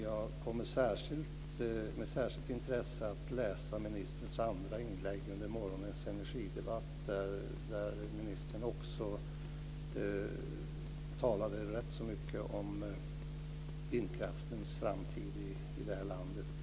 Jag kommer med särskilt intresse att läsa ministerns andra inlägg under morgonens energidebatt, där ministern också talade rätt mycket om vindkraftens framtid i det här landet.